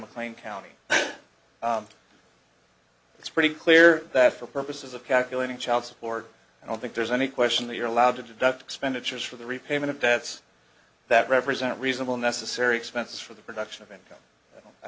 mclean county it's pretty clear that for purposes of calculating child support i don't think there's any question that you're allowed to deduct expenditures for the repayment of debts that represent reasonable necessary expenses for the production of income i